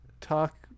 Talk